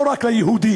לא רק ליהודים.